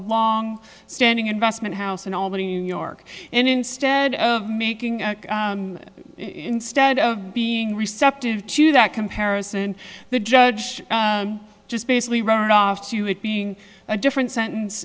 long standing investment house in albany york and instead of making instead of being receptive to that comparison the judge just basically ran off to it being a different sentence